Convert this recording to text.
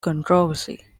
controversy